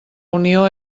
unió